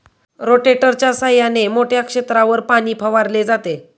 रोटेटरच्या सहाय्याने मोठ्या क्षेत्रावर पाणी फवारले जाते